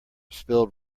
spilled